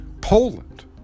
Poland